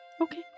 Okay